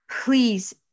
please